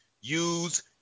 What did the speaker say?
use